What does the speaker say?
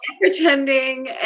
pretending